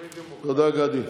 ודמוקרטית.